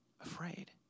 afraid